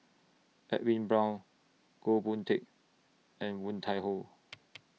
Edwin Brown Goh Boon Teck and Woon Tai Ho